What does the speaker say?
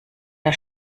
der